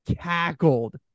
cackled